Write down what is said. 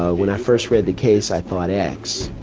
ah when i first read the case, i thought x.